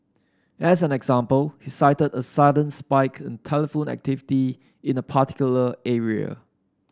as an example he cited a sudden spike in telephone activity in a particular area